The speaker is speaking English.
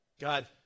God